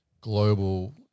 global